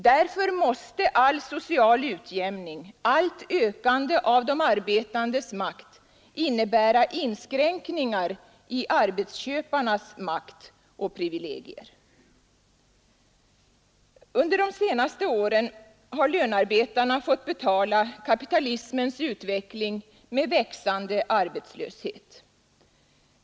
Därför måste all social utjämning, allt ökande av de arbetandes makt innebära inskränkningar i arbetsköparnas makt och privilegier. Under de senaste åren har lönearbetarna fått betala kapitalismens utveckling med en växande arbetslöshet.